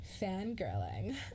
fangirling